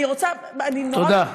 תודה.